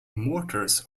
mortars